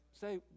say